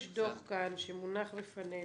יש דוח כאן שמונח לפנינו.